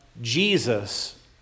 Jesus